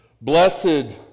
Blessed